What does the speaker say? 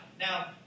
Now